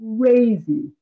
crazy